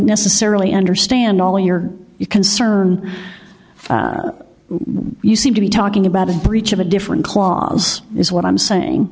necessarily understand all your concern you seem to be talking about a breach of a different clause is what i'm saying